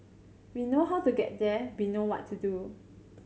we know how to get there be know what to do